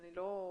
אני לא חושבת,